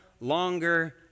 longer